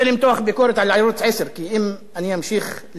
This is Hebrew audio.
כי אם אני אמשיך להלל את ערוץ-10 זה יפגע בהם.